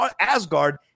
Asgard